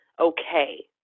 okay